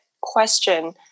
question